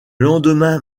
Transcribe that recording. lendemain